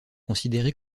considérée